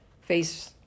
face